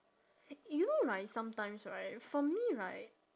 you know right sometimes right for me right